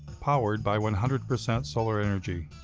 powered by one hundred percent solar energy.